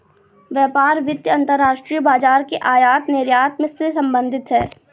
व्यापार वित्त अंतर्राष्ट्रीय बाजार के आयात निर्यात से संबधित है